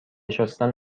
شستن